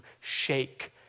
shake